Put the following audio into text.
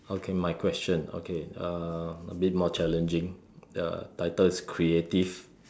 okay my question okay um a bit more challenging uh title is creative